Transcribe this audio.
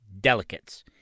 delicates